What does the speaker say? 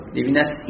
Levinas